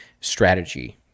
strategy